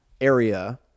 area